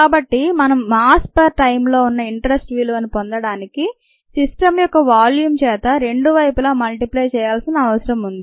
కాబట్టి మనం mass per టైంలో ఉన్న ఇంటరెస్ట్ విలువను ను పొందడానికి సిస్టమ్ యొక్క వాల్యూమ్ చేత రెండు వైపులా మల్టిప్లై చేయాల్సిన అవసరం ఉంది